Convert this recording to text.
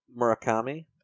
Murakami